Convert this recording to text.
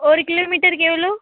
ஒரு கிலோ மீட்டருக்கு எவ்வளோ